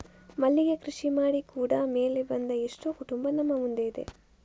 ಮಲ್ಲಿಗೆ ಕೃಷಿ ಮಾಡಿ ಕೂಡಾ ಮೇಲೆ ಬಂದ ಎಷ್ಟೋ ಕುಟುಂಬ ನಮ್ಮ ಮುಂದೆ ಇದೆ